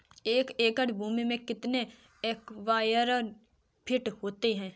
एक एकड़ भूमि में कितने स्क्वायर फिट होते हैं?